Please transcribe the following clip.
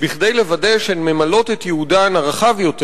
כדי לוודא שהן ממלאות את ייעודן הרחב יותר,